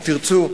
אם תרצו,